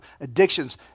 Addictions